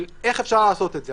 של איך אפשר לעשות את זה?